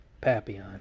papillon